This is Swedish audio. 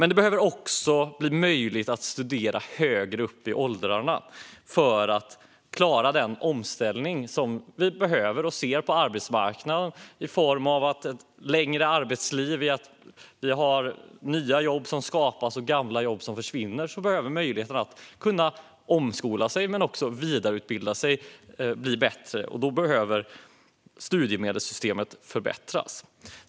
Det behöver också bli möjligt att studera högre upp i åldrarna för att klara den omställning som vi behöver och ser på arbetsmarknaden i form av ett längre arbetsliv, nya jobb som skapas och gamla jobb som försvinner. Då behöver möjligheten att kunna omskola sig men också vidareutbilda sig bli bättre. Då behöver studiemedelssystemet förbättras.